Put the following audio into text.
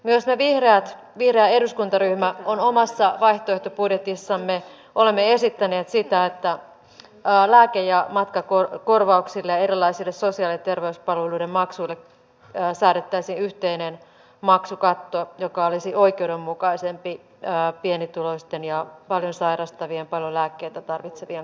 myös me vihreät vihreä eduskuntaryhmä omassa vaihtoehtobudjetissamme olemme esittäneet sitä että lääke ja matkakorvauksille ja erilaisille sosiaali ja terveyspalveluiden maksuille säädettäisiin yhteinen maksukatto joka olisi oikeudenmukaisempi pienituloisten ja paljon sairastavien paljon lääkkeitä tarvitsevien kannalta